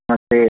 नमस्ते